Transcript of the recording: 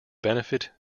benefit